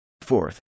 Fourth